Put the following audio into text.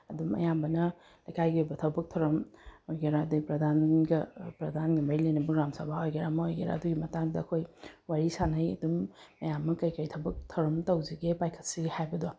ꯑꯗꯨꯝ ꯑꯌꯥꯝꯕꯅ ꯂꯩꯀꯥꯏꯒꯤ ꯑꯣꯏꯕ ꯊꯕꯛ ꯊꯧꯔꯝ ꯑꯣꯏꯒꯦꯔ ꯑꯗꯩ ꯄ꯭ꯔꯙꯥꯟꯒ ꯄ꯭ꯔꯙꯥꯟꯒ ꯃꯔꯤ ꯂꯩꯅꯕ ꯒ꯭ꯔꯥꯝ ꯁꯚꯥ ꯑꯣꯏꯒꯦꯔ ꯑꯃ ꯑꯣꯏꯒꯦꯔ ꯑꯗꯨꯒꯤ ꯃꯇꯥꯡꯗ ꯑꯩꯈꯣꯏ ꯋꯥꯔꯤ ꯁꯥꯟꯅꯩ ꯑꯗꯨꯝ ꯃꯌꯥꯝ ꯑꯃ ꯀꯩ ꯀꯩ ꯊꯕꯛ ꯊꯣꯔꯝ ꯇꯧꯁꯤꯒꯦ ꯄꯥꯏꯈꯠꯁꯤꯒꯦ ꯍꯥꯏꯕꯗꯣ